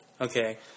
Okay